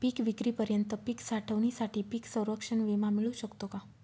पिकविक्रीपर्यंत पीक साठवणीसाठी पीक संरक्षण विमा मिळू शकतो का?